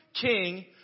king